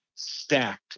stacked